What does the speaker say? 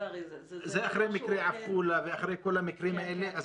זה אחרי מקרי עפולה ואחרי כל המקרים האלה.